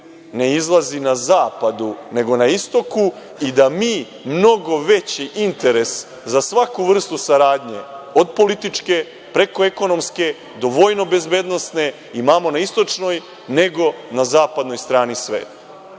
ne izlazi na zapadu nego na istoku i da mi mnogo veći interes za svaku vrstu saradnje od političke, preko ekonomske do vojno bezbednosne, imamo na istočnoj nego na zapadnoj strani sveta. Zato